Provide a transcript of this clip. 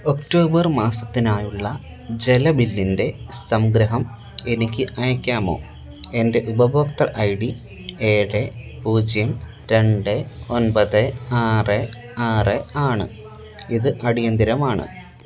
October മാസത്തിനായുള്ള ജല ബില്ലിൻ്റെ സംഗ്രഹം എനിക്ക് അയയ്ക്കാമോ എൻ്റെ ഉപഭോക്തൃ ഐ ഡി ഏഴ് പൂജ്യം രണ്ട് ഒൻപത് ആറ് ആറ് ആണ് ഇത് അടിയന്തിരമാണ്